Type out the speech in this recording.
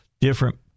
different